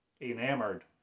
Enamored